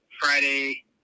Friday